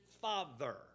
Father